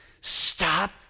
Stop